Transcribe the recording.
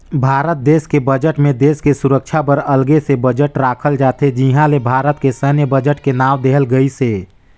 भारत देस के बजट मे देस के सुरक्छा बर अगले से बजट राखल जाथे जिहां ले भारत के सैन्य बजट के नांव देहल गइसे